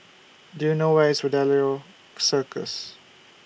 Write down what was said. Do YOU know Where IS Fidelio Circus